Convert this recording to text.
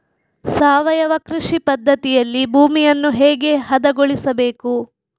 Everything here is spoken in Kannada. ಸಾವಯವ ಕೃಷಿ ಪದ್ಧತಿಯಲ್ಲಿ ಭೂಮಿಯನ್ನು ಹೇಗೆ ಹದಗೊಳಿಸಬೇಕು?